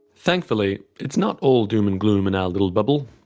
thankfully it's not all doom and gloom in our little bubble.